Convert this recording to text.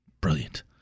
Brilliant